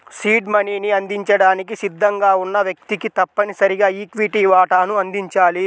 seed మనీని అందించడానికి సిద్ధంగా ఉన్న వ్యక్తికి తప్పనిసరిగా ఈక్విటీ వాటాను అందించాలి